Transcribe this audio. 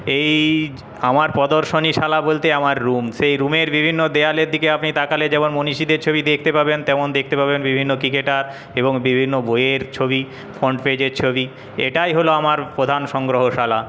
এই আমার প্রদর্শনীশালা বলতে আমার রুম সেই রুমের বিভিন্ন দেওয়ালের দিকে আপনি তাকালে যেমন মনীষীদের ছবি দেখতে পাবেন তেমন দেখতে পাবেন বিভিন্ন ক্রিকেটার এবং বিভিন্ন বইয়ের ছবি ফ্রন্ট পেজের ছবি এটাই হল আমার প্রধান সংগ্রহশালা